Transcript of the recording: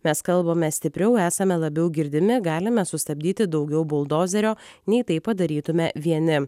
mes kalbame stipriau esame labiau girdimi galime sustabdyti daugiau buldozerio nei tai padarytume vieni